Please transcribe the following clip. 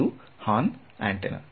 ಇದು horn antenna